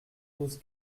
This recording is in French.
douze